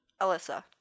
Alyssa